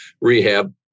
rehab